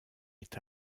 est